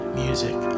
music